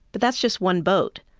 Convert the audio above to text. but that's just one boat.